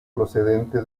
procedente